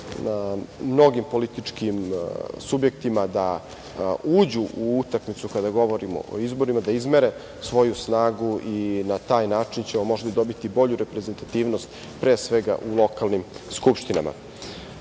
mnogim političkim subjektima da uđu u utakmicu kada govorimo o izborima, da izmere svoju snagu i na taj način ćemo možda dobiti bolju reprezentativnost, pre svega u lokalnim skupštinama. Kada